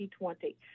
2020